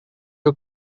you